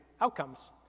outcomes